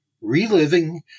Reliving